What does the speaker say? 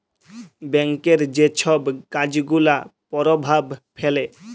ব্যাংকের যে ছব কাজ গুলা পরভাব ফেলে